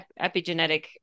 epigenetic